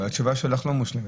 אבל התשובה שלך לא מושלמת,